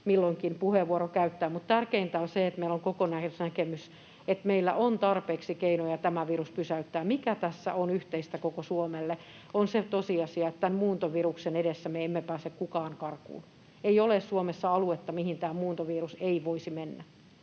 milloinkin puheenvuoron käyttää. Mutta tärkeintä on se, että meillä on kokonaisnäkemys, että meillä on tarpeeksi keinoja tämä virus pysäyttää. Mikä tässä on yhteistä koko Suomelle, on se tosiasia, että tämän muuntoviruksen edessä me emme pääse kukaan karkuun. Ei ole Suomessa aluetta, mihin tämä muuntovirus ei voisi mennä,